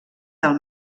del